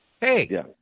Hey